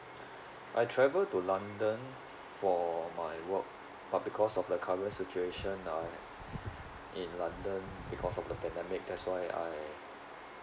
I travelled london for my work but because of the current situation uh in london because of the pandemic that's why I